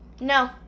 No